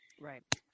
Right